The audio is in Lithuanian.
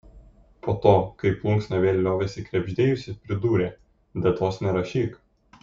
po to kai plunksna vėl liovėsi krebždėjusi pridūrė datos nerašyk